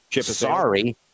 sorry